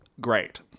great